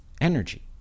energy